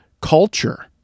culture